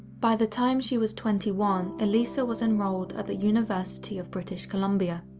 by the time she was twenty one, elisa was enrolled at the university of british columbia.